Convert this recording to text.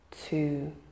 two